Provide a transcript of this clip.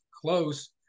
close